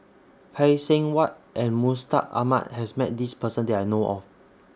Phay Seng Whatt and Mustaq Ahmad has Met This Person that I know of